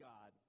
God